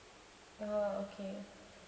orh okay